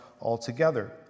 altogether